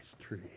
tree